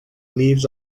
leaves